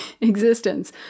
existence